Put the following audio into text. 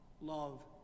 love